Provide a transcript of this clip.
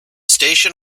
station